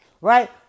right